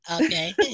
Okay